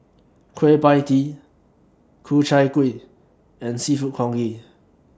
Kueh PIE Tee Ku Chai Kuih and Seafood Congee